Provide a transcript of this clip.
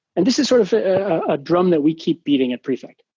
and this is sort of a drum that we keep beating at prefect.